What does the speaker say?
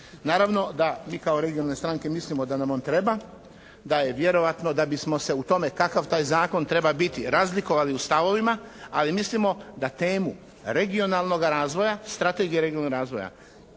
Naravno da mi kao regionalne stranke mislimo da nam on treba, da je vjerojatno da bismo se u tome kakav taj zakon treba biti, razlikovati u stavovima, ali mislimo da temu regionalnoga razvoja, strategija regionalnog razvoja